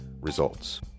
Results